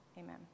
Amen